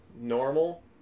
normal